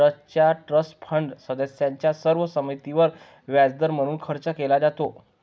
ट्रस्टचा trust fund सदस्यांच्या सर्व संमतीवर व्याजदर म्हणून खर्च केला जातो